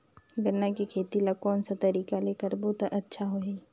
गन्ना के खेती ला कोन सा तरीका ले करबो त अच्छा होही?